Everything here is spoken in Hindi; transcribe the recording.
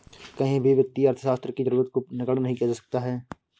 कहीं भी वित्तीय अर्थशास्त्र की जरूरत को नगण्य नहीं किया जा सकता है